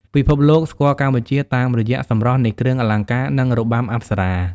ពិភពលោកស្គាល់កម្ពុជាតាមរយៈសម្រស់នៃគ្រឿងអលង្ការ និងរបាំអប្សរា។